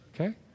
Okay